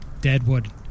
Deadwood